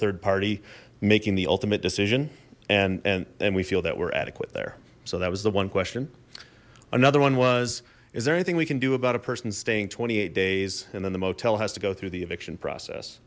third party making the ultimate decision and and then we feel that we're adequate there so that was the one question another one was is there anything we can do about a person staying twenty eight days and then the motel has to go through the eviction process